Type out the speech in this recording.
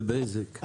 ובזק.